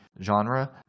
genre